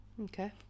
okay